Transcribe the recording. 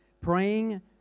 Praying